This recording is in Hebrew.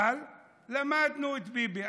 אבל למדנו את ביבי.